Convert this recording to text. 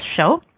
show